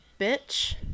bitch